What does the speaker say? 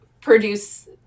produce